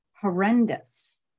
horrendous